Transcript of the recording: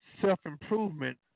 self-improvement